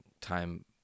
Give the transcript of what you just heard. Time